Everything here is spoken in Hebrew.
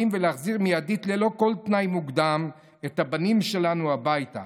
ולהחזיר מיידית ללא כל תנאי מוקדם את הבנים שלנו הביתה.